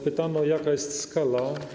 Pytano, jaka jest skala.